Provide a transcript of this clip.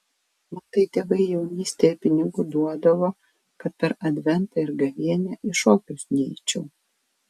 man tai tėvai jaunystėje pinigų duodavo kad per adventą ir gavėnią į šokius neičiau